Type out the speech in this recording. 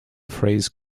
phrase